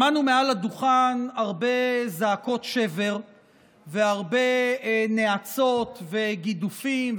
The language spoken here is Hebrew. שמענו מעל הדוכן הרבה זעקות שבר והרבה נאצות וגידופים,